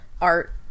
art